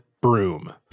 broom